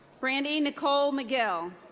brandi nicole mcgill.